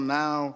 now